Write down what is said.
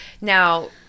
now